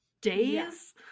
Days